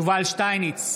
יובל שטייניץ,